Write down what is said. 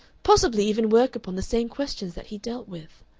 possibly even work upon the same questions that he dealt with.